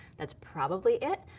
that's probably it.